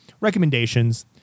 recommendations